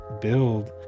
build